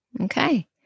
Okay